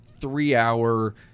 three-hour